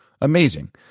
Amazing